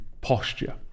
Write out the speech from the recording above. posture